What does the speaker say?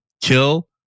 kill